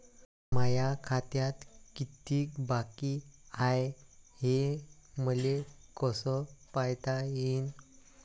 माया खात्यात कितीक बाकी हाय, हे मले कस पायता येईन?